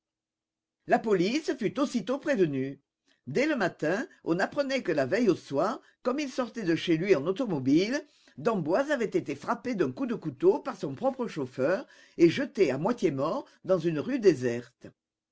la police fut aussitôt prévenue dès le matin on apprenait que la veille au soir comme il sortait de chez lui en automobile d'emboise avait été frappé d'un coup de couteau par son propre chauffeur et jeté à moitié mort dans une rue déserte